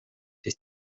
siis